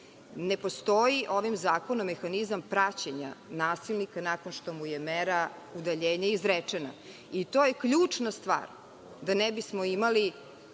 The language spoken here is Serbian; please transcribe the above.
Ne postoji ovim zakonom mehanizam praćenja nasilnika nakon što mu je mera udaljenja izrečena. I to je ključna stvar, da ne bismo imali